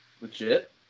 Legit